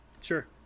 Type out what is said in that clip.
Sure